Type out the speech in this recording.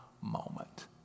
moment